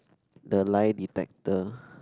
the lie detector